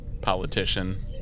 politician